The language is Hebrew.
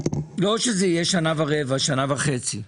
לא שזה יהיה שנה ורבע או שנה וחצי,